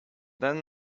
than